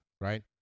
right